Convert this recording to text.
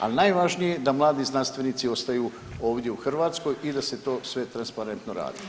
Ali najvažnije je da mladi znanstvenici ostaju ovdje u Hrvatskoj i da se to sve transparentno radi.